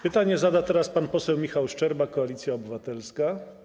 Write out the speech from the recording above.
Pytanie zada teraz pan poseł Michał Szczerba, Koalicja Obywatelska.